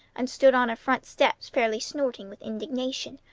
and stood on her front steps, fairly snorting with indignation.